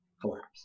collapse